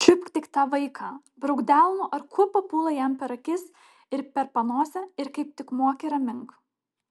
čiupk tik tą vaiką brauk delnu ar kuo papuola jam per akis ir per panosę ir kaip tik moki ramink